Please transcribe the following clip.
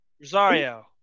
Rosario